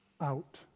out